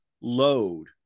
Load